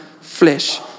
flesh